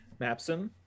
Mapson